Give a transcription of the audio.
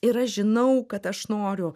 ir aš žinau kad aš noriu